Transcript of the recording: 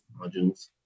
modules